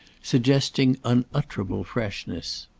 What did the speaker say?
suggesting unutterable freshness.